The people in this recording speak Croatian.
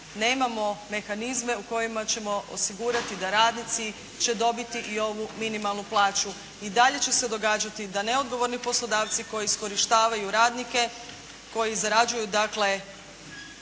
nemamo mehanizme u kojima ćemo osigurati da radnici će dobiti i ovu minimalnu plaću. ./. I dalje će se događati I dalje će se događati da neodgovorni poslodavci koji iskorištavaju radnike, koji zarađuju dakle,